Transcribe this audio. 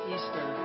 Easter